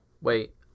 Wait